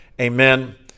Amen